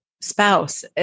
spouse